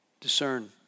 discern